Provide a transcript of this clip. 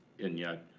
and yet,